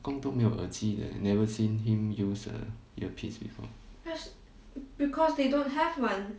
阿公都没有耳机的 never seen him use uh earpiece before